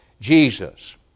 Jesus